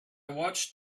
watched